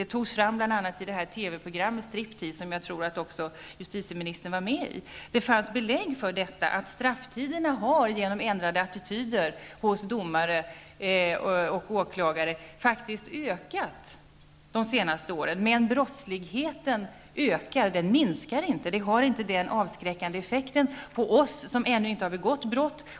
Det togs fram bl.a. i TV-programmet Striptease, i vilket jag tror att justitieministern medverkade. Det fanns belägg för att strafftiderna genom ändrade attityder hos domare och åklagare har blivit längre under de senaste åren. Men brottsligheten ökar. Detta har inte fått någon avskräckande effekt på oss som ännu inte har begått brott.